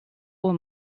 uhr